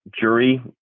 jury